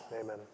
Amen